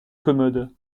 commode